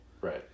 Right